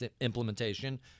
implementation